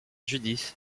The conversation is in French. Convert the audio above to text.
judith